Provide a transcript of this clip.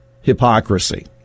hypocrisy